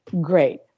Great